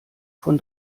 von